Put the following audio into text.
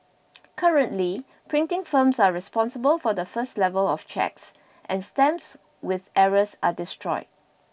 currently printing firms are responsible for the first level of checks and stamps with errors are destroyed